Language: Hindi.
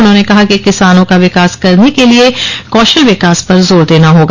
उन्होंने कहा कि किसानों का विकास करने के लिए कौशल विकास पर जोर देना होगा